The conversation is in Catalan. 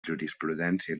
jurisprudència